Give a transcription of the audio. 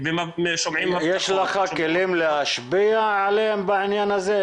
יש לך כלים להשפיע עליהם בעניין הזה?